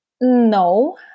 No